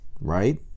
right